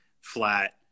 flat